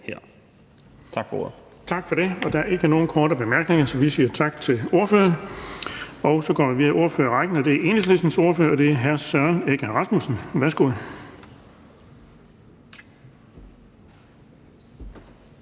Tak for det. Og der er ikke nogen korte bemærkninger, så vi siger tak til ordføreren. Og så går vi videre i ordførerrækken, og det er Enhedslistens ordfører, hr. Søren Egge Rasmussen. Værsgo.